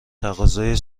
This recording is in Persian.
تقاضای